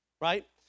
Right